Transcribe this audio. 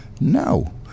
no